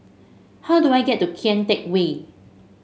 how do I get to Kian Teck Way